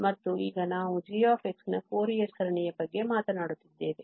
ಮತ್ತು ಈಗ ನಾವು g ನ ಫೋರಿಯರ್ ಸರಣಿಯ ಬಗ್ಗೆ ಮಾತನಾಡುತ್ತೇವೆ